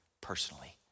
personally